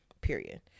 period